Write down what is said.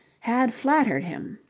had flattered him.